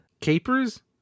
Capers